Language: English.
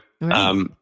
right